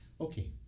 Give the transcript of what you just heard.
Okay